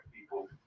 people